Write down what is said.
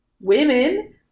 women